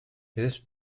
this